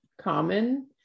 common